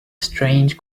strange